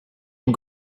and